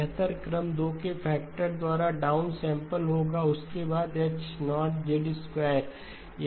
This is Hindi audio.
बेहतर क्रम 2 के फैक्टर द्वारा डाउनसैंपल होगा उसके बाद H0 यह H0 होगा